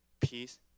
peace